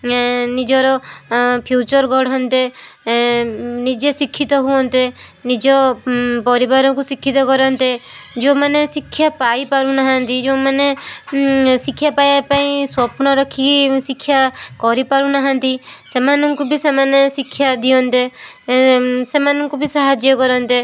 ନିଜର ଫ୍ୟୁଚର୍ ଗଢ଼ନ୍ତେ ନିଜେ ଶିକ୍ଷିତ ହୁଅନ୍ତେ ନିଜ ପରିବାରକୁ ଶିକ୍ଷିତ କରନ୍ତେ ଯେଉଁମାନେ ଶିକ୍ଷା ପାଇ ପାରୁନାହାନ୍ତି ଯେଉଁମାନେ ଶିକ୍ଷା ପାଇବା ପାଇଁ ସ୍ଵପ୍ନ ରଖିକି ଶିକ୍ଷା କରିପାରୁନାହାନ୍ତି ସେମାନଙ୍କୁ ବି ସେମାନେ ଶିକ୍ଷା ଦିଅନ୍ତେ ସେମାନଙ୍କୁ ବି ସାହାଯ୍ୟ କରନ୍ତେ